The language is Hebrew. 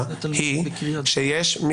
כל